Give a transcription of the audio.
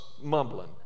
mumbling